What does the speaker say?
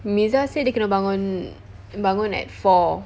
mirza said dia kena bangun bangun at four